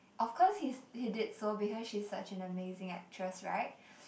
of course he's he did so because she's such an amazing actress right